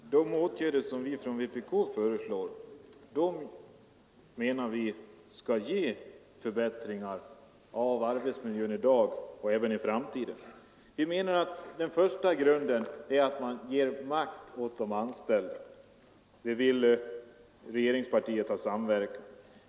Herr talman! De åtgärder som vi från vpk föreslår menar vi skall ge förbättringar av arbetsmiljön i dag och även i framtiden. Vi menar att den första grunden är att man ger makt åt de anställda. Där vill regeringspartiet ha samverkan.